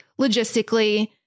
logistically